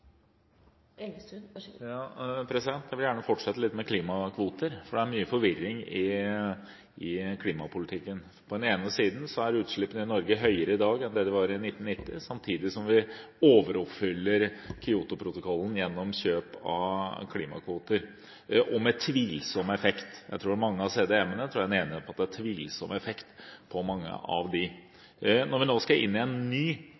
mye forvirring i klimapolitikken. På den ene siden er utslippene i Norge høyere i dag enn de var i 1990. Samtidig overoppfyller vi Kyotoprotokollen gjennom kjøp av klimakvoter med tvilsom effekt. Jeg tror det er enighet om at det er tvilsom effekt av mange av CDM-ene. Når vi nå skal inngå en ny klimaavtale, er mitt spørsmål om statsråden er enig i at vi først og fremst må legge vekt på de forpliktelsene vi skal ha i